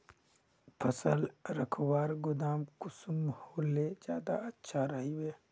फसल रखवार गोदाम कुंसम होले ज्यादा अच्छा रहिबे?